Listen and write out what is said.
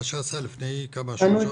מה שעשה לפני כמה --- תעשו את